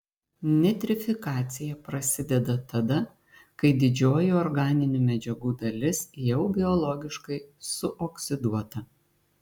nitrifikacija prasideda tada kai didžioji organinių medžiagų dalis jau biologiškai suoksiduota